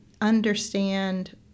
understand –